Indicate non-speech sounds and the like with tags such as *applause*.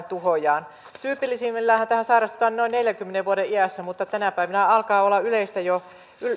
*unintelligible* tuhojaan tyypillisimmilläänhän tähän sairastutaan noin neljänkymmenen vuoden iässä tänä päivänä alkaa olla yleistä jo